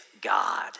God